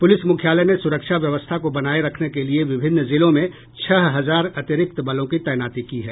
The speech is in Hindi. पुलिस मुख्यालय ने सुरक्षा व्यवस्था को बनाये रखने के लिए विभिन्न जिलों में छह हजार अतिरिक्त बलों की तैनाती की है